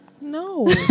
No